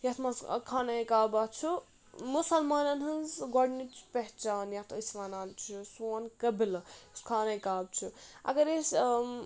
یَتھ منٛز خانے کابا چھُ مُسلمانَن ہٕنٛز گۄڈنِچ پہچان یَتھ أسۍ وَنان چھِ سون قبِلہٕ یُس خانکاب چھُ اگر أسۍ